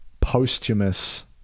posthumous